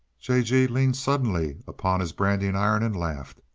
j. g. leaned suddenly upon his branding iron and laughed.